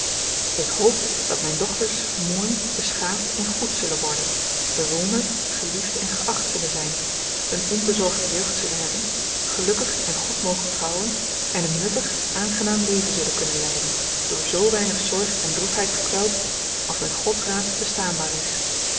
ik hoop dat mijn dochters mooi beschaafd en goed zullen worden bewonderd geliefd en geacht zullen zijn eene onbezorgde jeugd zullen hebben gelukkig en goed mogen trouwen en een nuttig aangenaam leven zullen kunnen leiden door zoo weinig zorg en droefheid gekweld als met gods raad bestaanbaar is